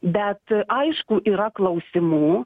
bet aišku yra klausimų